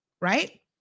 right